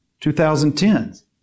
2010s